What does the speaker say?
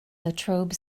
latrobe